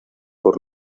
por